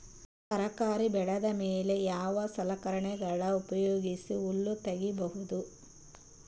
ತರಕಾರಿ ಬೆಳದ ಮೇಲೆ ಯಾವ ಸಲಕರಣೆಗಳ ಉಪಯೋಗಿಸಿ ಹುಲ್ಲ ತಗಿಬಹುದು?